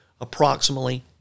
approximately